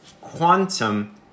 quantum